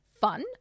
fun